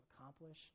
accomplish